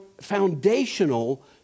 foundational